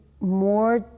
more